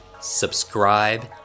subscribe